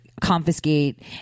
confiscate